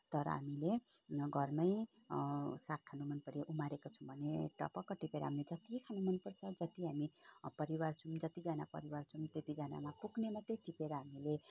तर हामीले घरमै साग खानु मनपऱ्यो उमारेको छौँ भने टपक्क टिपेर हामीले जति खानु मनपर्छ जति हामी अब परिवार छौँ जतिजना परिवार छौँ त्यतिजनामा पुग्ने मात्रै टिपेर हामीले